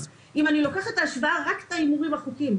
אם אני לוקחת להשוואה רק את ההימורים החוקיים,